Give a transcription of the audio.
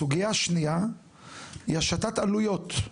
סוגייה שנייה היא השתת עלויות,